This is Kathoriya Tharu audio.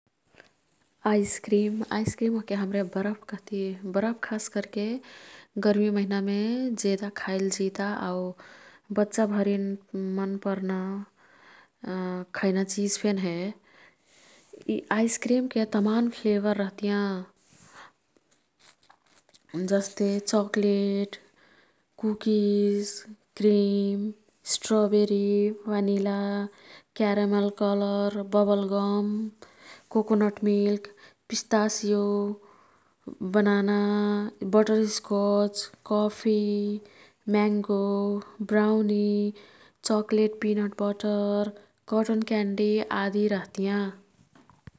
Ice cream, ice cream ओह्के हाम्रे बरफ कह्ती। बरफ खास कर्के गर्मी महिनामे जेदा खाईल जिता। आऊ बच्चा भरिन मनपर्ना खैना चिज फेन हे। यी आइसक्रिमके तमान फ्लेवर रह्तियाँ। जस्ते chocolate cookies, cream, strawberry, vanilla, caramel colour, bubblegum, coconut milk, pistachio, banana, butter scotch, coffee, mango, brownie, chocolate peanut butter, cotton candy आदि रह्तियाँ।